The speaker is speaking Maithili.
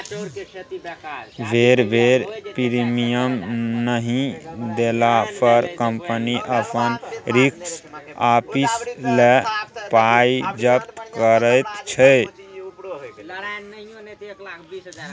बेर बेर प्रीमियम नहि देला पर कंपनी अपन रिस्क आपिस लए पाइ जब्त करैत छै